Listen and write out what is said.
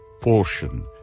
portion